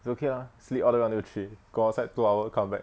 it's okay ah sleep all the way until three go outside two hour come back